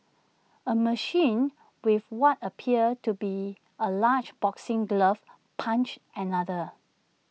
A machine with what appeared to be A large boxing glove punched another